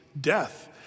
death